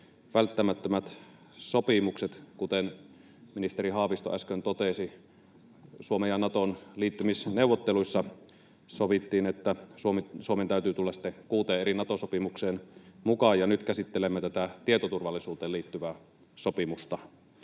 välttämättömät sopimukset, kuten ministeri Haavisto äsken totesi. Suomen ja Naton liittymisneuvotteluissa sovittiin, että Suomen täytyy tulla kuuteen eri Nato-sopimukseen mukaan, ja nyt käsittelemme tätä tietoturvallisuuteen liittyvää sopimusta.